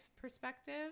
perspective